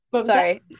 sorry